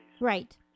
Right